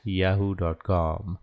yahoo.com